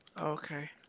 Okay